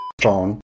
phone